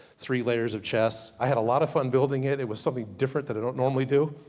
three layers of chess. i had a lot of fun building it. it was something different that i don't normally do.